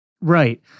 Right